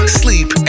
sleep